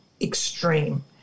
extreme